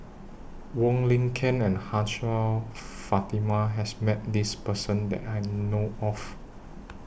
Wong Lin Ken and Hajjah Fatimah has Met This Person that I know of